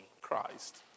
Christ